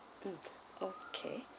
mm okay